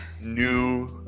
new